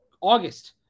August